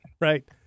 right